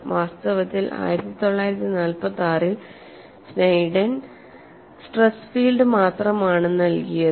വാസ്തവത്തിൽ 1946 ൽ Sneddon stress field മാത്രമാണ് നൽകിയത്